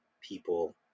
people